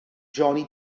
johnny